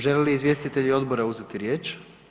Žele li izvjestitelji odbora uzeti riječ?